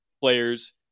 players